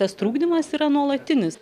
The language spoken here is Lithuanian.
tas trukdymas yra nuolatinis